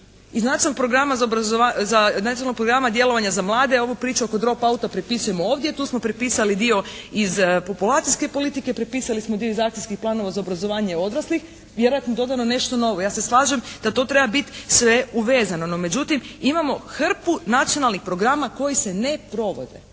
za, Nacionalnog programa djelovanja za mlade ovu priču oko … /Govornica se ne razumije./ … prepisujemo ovdje. Tu smo prepisali dio iz populacijske politike. Prepisali smo dio iz akcijskih planova za obrazovanje odraslih. Vjerojatno je dodano nešto novo. Ja se slažem da to treba biti sve uvezano. No međutim imamo hrpu nacionalnih programa koji se ne provode.